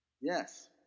Yes